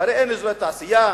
הרי אין אזורי תעשייה,